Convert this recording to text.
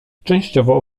częściowo